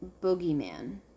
boogeyman